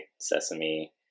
sesame